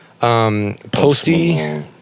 Posty